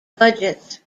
budgets